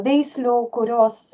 veislių kurios